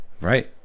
right